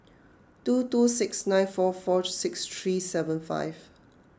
two two six nine four four six three seven five